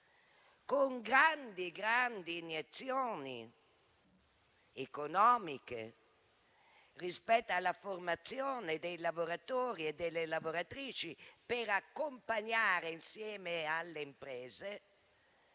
con grandi iniezioni economiche rispetto alla formazione dei lavoratori e delle lavoratrici, per accompagnare, insieme alle imprese,